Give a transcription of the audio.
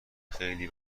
خیلی